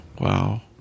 Wow